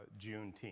Juneteenth